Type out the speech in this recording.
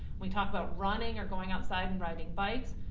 we talk about running or going outside and riding bikes,